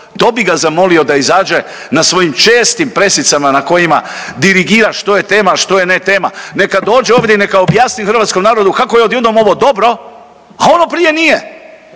To bi ga zamolio da izađe na svojim čestim presicama na kojima dirigira što je tema, a što je ne tema. Neka dođe ovdje i neka objasni hrvatskom narodu kako je odjednom ovo dobro, a ono prije nije.